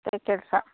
ಅದೇ ಕೆಲಸ